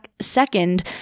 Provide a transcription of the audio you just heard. second